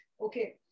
Okay